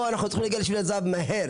פה אנחנו צריכים להגיע לשביל הזהב מהר,